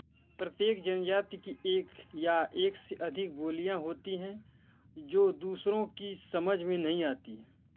प्रत्येक जन जाति की एक या एक से अधिक बोलियाँ होती हैं जो दूसरों की समझ में नहीं आतीं